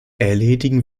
erledigen